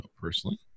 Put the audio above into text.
personally